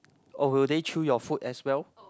or will they chew your food as well